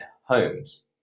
homes